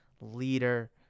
leader